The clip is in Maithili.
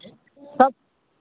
सभ